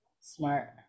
Smart